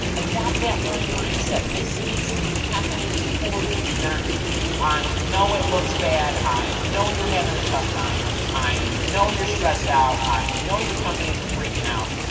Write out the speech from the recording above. adopt that learning mindset this is happening for you not to you i know it looks bad i know you're having a tough time i know you're stressed out i know your companies are freaking out